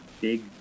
big